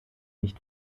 nicht